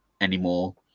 anymore